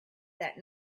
that